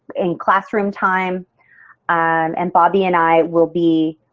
in classroom time um and bobbi and i will be